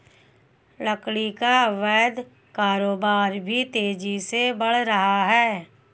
लकड़ी का अवैध कारोबार भी तेजी से बढ़ रहा है